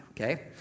okay